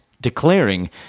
declaring